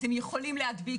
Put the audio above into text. אז הם יכולים להדביק,